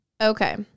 Okay